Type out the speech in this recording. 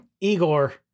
Igor